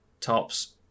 Tops